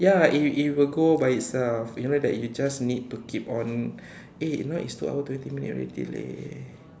ya it it will go by itself you just need to keep on eh it's now two hours thirty minutes already leh